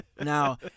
Now